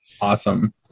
awesome